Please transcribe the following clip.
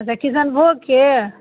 अच्छा तऽ किशनभोगके